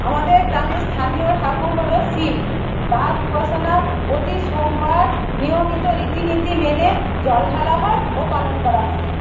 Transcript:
আমাদের গ্রামের স্থানীয় ঠাকুর হল শিব তাঁর উপাসনা প্রতি সোমবার নিয়মিত রীতি নীতি মেনে জল ঢালা হয় ও পালন করা হয়